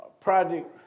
project